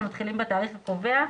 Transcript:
המתחילים בתאריך הקובע.